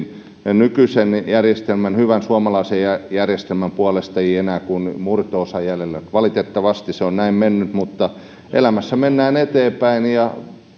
nykyisen järjestelmän hyvän suomalaisen järjestelmän puolustajia enää kuin murto osa jäljellä valitettavasti se on näin mennyt mutta elämässä mennään eteenpäin ja